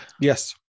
Yes